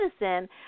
medicine